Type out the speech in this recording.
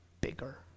bigger